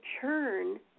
churn